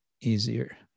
easier